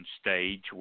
stage